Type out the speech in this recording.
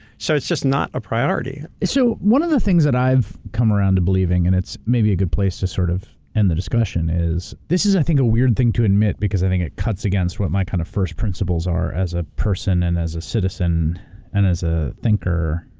so, it's just not a priority. so, one of the things that i've come around the believing, and it's maybe a good place to sort of end the discussion, is this is, i think, a weird thing to admit because i think it cuts against what my kind of first principles are as a person and as a citizen and as a thinker,